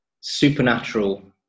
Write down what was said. supernatural